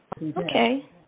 Okay